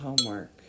homework